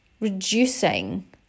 reducing